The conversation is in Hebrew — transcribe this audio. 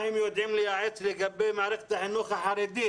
מה הם יודעים לייעץ לגבי מערכת החינוך החרדית?